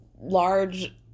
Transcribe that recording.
large